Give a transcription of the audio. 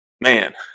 man